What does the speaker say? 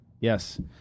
Yes